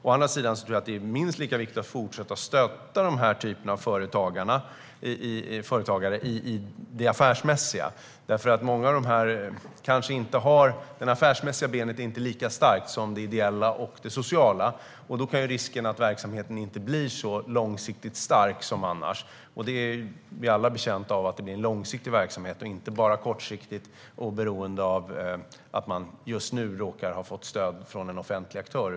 Å andra sidan tror jag att det är minst lika viktigt att fortsätta stötta den här typen av företagare i det affärsmässiga, för det affärsmässiga benet är kanske inte lika starkt som det ideella och det sociala. Då är risken att verksamheten inte blir så långsiktigt stark som annars, och vi är ju alla betjänta av det blir en långsiktig verksamhet och inte bara en kortsiktig verksamhet som är beroende av att man just nu råkar ha fått stöd från en offentlig aktör.